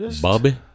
Bobby